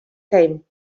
came